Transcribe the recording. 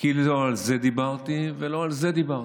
כי לא על זה דיברתי ולא על זה דיברתי,